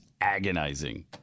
agonizing